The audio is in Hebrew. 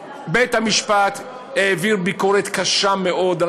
בית-המשפט העביר ביקורת קשה מאוד על